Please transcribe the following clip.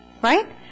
Right